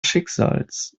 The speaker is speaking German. schicksals